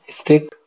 stick